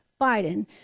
Biden